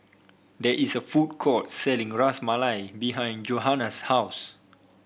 there is a food court selling Ras Malai behind Johanna's house